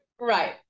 right